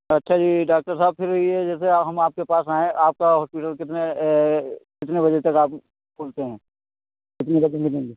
अच्छा जी डॉक्टर साहब फिर यह जैसे हम आपके पास आएं आपका हॉस्पिटल कितने कितने बजे तक आप खोलते हैं कितने बजे मिलेंगे